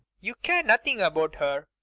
you care nothing about her.